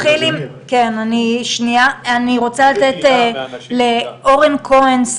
אני רוצה לתת לאורן כהן,